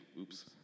Oops